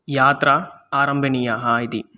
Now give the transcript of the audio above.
यात्रा आरम्भनीया इति